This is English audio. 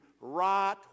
right